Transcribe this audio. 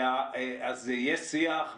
אז זה יהיה שיח,